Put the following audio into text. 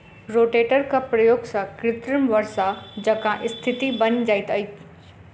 रोटेटरक प्रयोग सॅ कृत्रिम वर्षा जकाँ स्थिति बनि जाइत छै